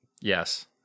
yes